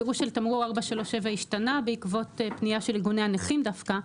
הפירוש של תמרור 437 השתנה בעקבות פנייה של ארגוני הנכים דווקא.